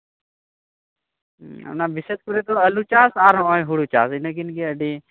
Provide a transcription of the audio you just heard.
ᱦᱩᱸ ᱵᱤᱥᱮᱥ ᱠᱚᱨᱮ ᱫᱚ ᱟᱞᱩ ᱪᱟᱥ ᱟᱨ ᱦᱩᱲᱩ ᱪᱟᱥ ᱚᱱᱟᱠᱤᱱ ᱜᱮ ᱟᱹᱰᱤ